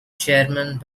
chairman